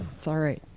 sorry.